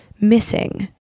missing